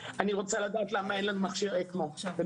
אני רוצה לדעת אין לנו מכשיר בנהריה?